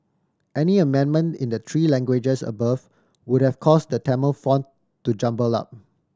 any amendment in the three languages above would have caused the Tamil font to jumble up